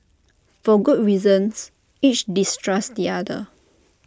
for good reasons each distrusts the other